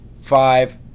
five